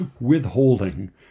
withholding